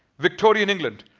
victorian england,